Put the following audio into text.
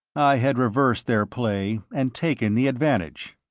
i had reversed their play and taken the advantage.